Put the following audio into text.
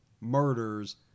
murders